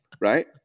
Right